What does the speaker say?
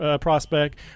prospect